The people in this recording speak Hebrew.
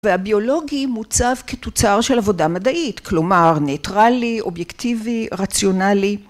והביולוגי מוצב כתוצר של עבודה מדעית, כלומר, ניטרלי, אובייקטיבי, רציונלי.